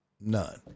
None